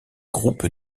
groupe